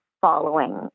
following